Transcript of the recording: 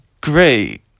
great